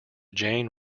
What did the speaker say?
jane